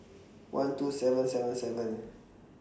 one two seven seven seven